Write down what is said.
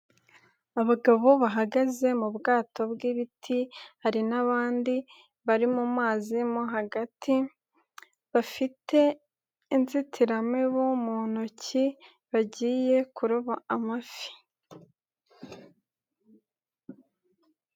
Abagabo bahagaze mu bwato bw'ibiti hari n'abandi bari mu mazi mo hagati bafite inzitiramibu mu ntoki bagiye kuroba amafi.